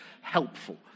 helpful